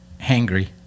hangry